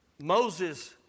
Moses